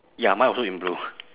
ya mine also in blue